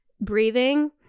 breathing